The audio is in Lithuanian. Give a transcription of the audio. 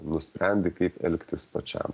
nusprendi kaip elgtis pačiam